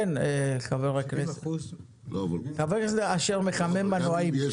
חבר הכנסת אשר מחמם מנועים.